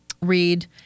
read